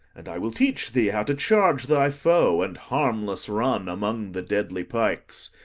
and i will teach thee how to charge thy foe, and harmless run among the deadly pikes.